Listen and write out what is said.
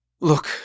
Look